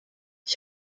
ich